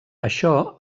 això